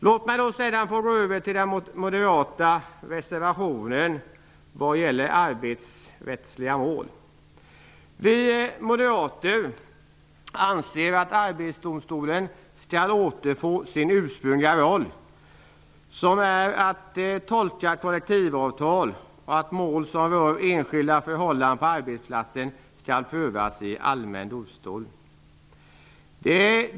Låt mig gå över till att tala om den moderata reservation som gäller arbetsrättsliga mål. Vi moderater anser att Arbetsdomstolen skall återfå sin urprungliga roll, som är att tolka kollektivavtal, och att mål som rör enskilda förhållanden på arbetsplatsen skall föras i allmän domstol.